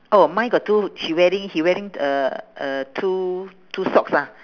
oh mine got two she wearing he wearing uh uh two two socks ah